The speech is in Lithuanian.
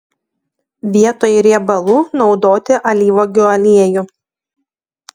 vietoj riebalų naudoti alyvuogių aliejų